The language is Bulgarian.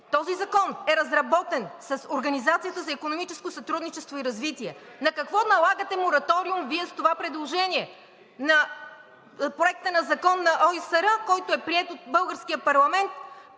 Този закон е разработен с Организацията за икономическо сътрудничество и развитие. На какво налагате мораториум Вие с това предложение? Проектът на закон ОИСР, който е приет от българския парламент,